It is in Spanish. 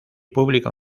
público